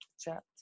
chat